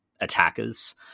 attackers